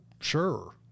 sure